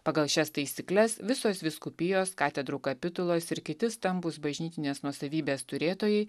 pagal šias taisykles visos vyskupijos katedrų kapitulos ir kiti stambūs bažnytinės nuosavybės turėtojai